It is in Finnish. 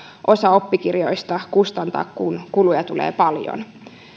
osa oppikirjoista kustantaa kun kuluja tulee paljon